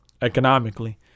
economically